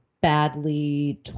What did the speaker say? badly